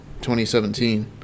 2017